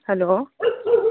hello